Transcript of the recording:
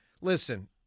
listen –